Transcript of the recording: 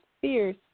fierce